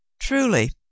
Truly